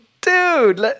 dude